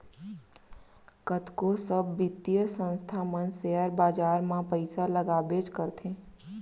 कतको सब बित्तीय संस्था मन सेयर बाजार म पइसा लगाबेच करथे